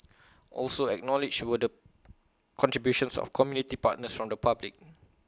also acknowledged were the contributions of community partners from the public